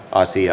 asia